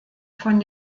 von